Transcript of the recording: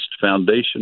Foundation